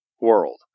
world